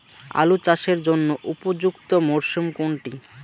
আলু চাষের জন্য উপযুক্ত মরশুম কোনটি?